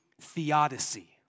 theodicy